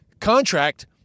contract